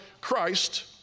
Christ